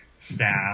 staff